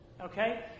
Okay